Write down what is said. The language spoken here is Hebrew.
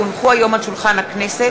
כי הונחו היום על שולחן הכנסת,